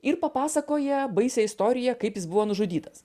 ir papasakoja baisią istoriją kaip jis buvo nužudytas